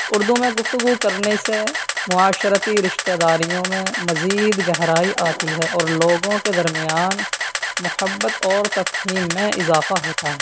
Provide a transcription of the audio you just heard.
اردو میں گفتگو کرنے سے معاشرتی رشتہ داریوں میں مزید گہرائی آتی ہے اور لوگوں کے درمیان محبت اور تفہیم میں اضافہ ہوتا ہے